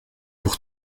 pour